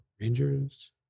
Rangers